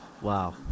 Wow